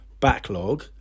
backlog